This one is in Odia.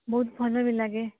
ବହୁତ ଭଲ ବି ଲାଗେ